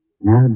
Now